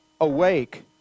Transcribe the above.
awake